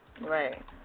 Right